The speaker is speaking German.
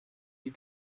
die